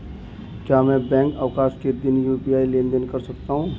क्या मैं बैंक अवकाश के दिन यू.पी.आई लेनदेन कर सकता हूँ?